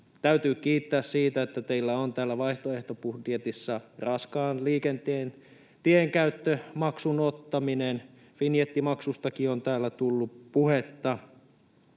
Täytyy kiittää siitä, että teillä on täällä vaihtoehtobudjetissa raskaan liikenteen tienkäyttömaksun ottaminen, vinjettimaksustakin on täällä tullut puhetta.